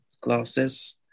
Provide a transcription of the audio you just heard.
glasses